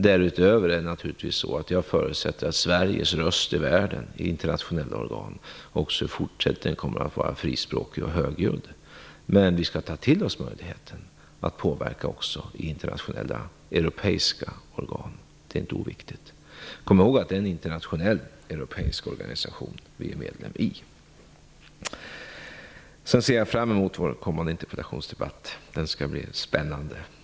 Därutöver förutsätter jag naturligtvis att Sveriges röst i världen i internationella organ också i fortsättningen kommer att vara högljudd och att vi också i fortsättningen kommer att tala frispråkigt. Men vi skall ta till oss möjligheten att påverka också i internationella, europeiska organ. Det är inte oviktigt. Kom ihåg att det är en internationell europeisk organisation som Sverige är medlem i! Jag ser fram emot vår kommande interpellationsdebatt. Den skall bli spännande.